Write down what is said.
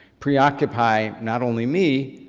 preoccupy, not only me,